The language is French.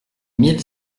mille